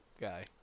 guy